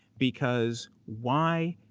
because why